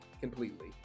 completely